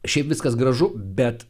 šiaip viskas gražu bet